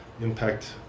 impact